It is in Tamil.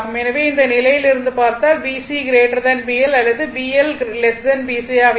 எனவே இந்த நிலையில் இருந்து பார்த்தால் BC BL அல்லது BL BC ஆக இருக்கும்